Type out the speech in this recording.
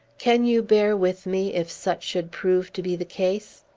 can you bear with me, if such should prove to be the case?